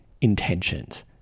intentions